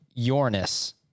Yornis